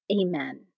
Amen